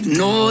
no